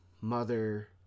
mother